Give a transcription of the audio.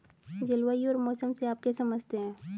जलवायु और मौसम से आप क्या समझते हैं?